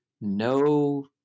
no